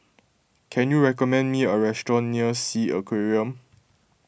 can you recommend me a restaurant near Sea Aquarium